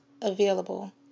available